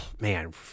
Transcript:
man